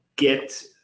Get